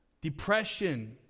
depression